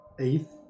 eighth